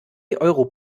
euro